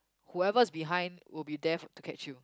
whoever is behind will be there to catch you